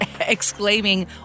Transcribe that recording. exclaiming